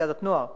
אולימפיאדת נוער,